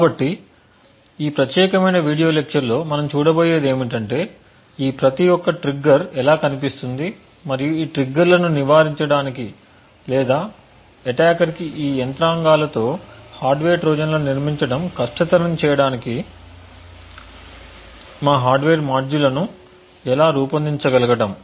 కాబట్టి ఈ ప్రత్యేకమైన వీడియో లెక్చర్ లో మనం చూడబోయేది ఏమిటంటే ఈ ప్రతి ఒక్క ట్రిగ్గర్ ఎలా కనిపిస్తుంది మరియు ఈ ట్రిగ్గర్లను నివారించడానికి లేదా అటాకర్ కి ఈ యంత్రాంగాలతో హార్డ్వేర్ ట్రోజన్లను నిర్మించడం కష్టతరం చేయడానికి మా హార్డ్వేర్ మాడ్యూళ్ళను ఎలా రూపొందించగలగటం